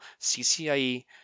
CCIE